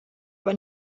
aber